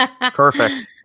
Perfect